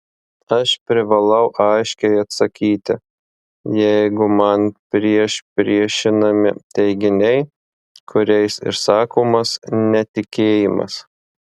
aš privalau aiškiai atsakyti jeigu man priešpriešinami teiginiai kuriais išsakomas netikėjimas